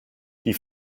die